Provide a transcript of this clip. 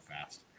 fast